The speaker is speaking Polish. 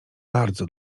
bardzo